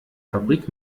fabrik